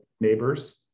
neighbors